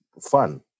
fun